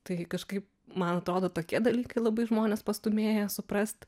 tai kažkaip man atrodo tokie dalykai labai žmones pastūmėja suprast